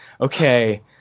Okay